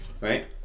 right